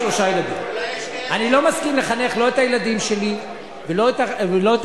אני לא מסכים לחנך לא את הילדים שלי ולא את